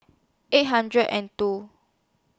eight hundred and two